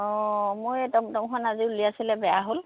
অঁ মোৰ এই টমটমখন আজি উলিয়াইছিলে বেয়া হ'ল